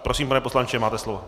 Prosím, pane poslanče, máte slovo.